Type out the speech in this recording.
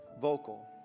vocal